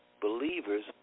believers